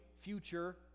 future